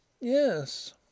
Yes